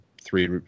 three